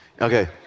Okay